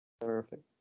Perfect